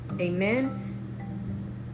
Amen